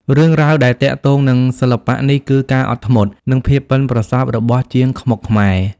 រឿងរ៉ាវដែលទាក់ទងនឹងសិល្បៈនេះគឺ ការអត់ធ្មត់ និងភាពប៉ិនប្រសប់ របស់ជាងខ្មុកខ្មែរ។